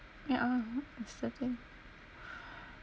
yeah that's the thing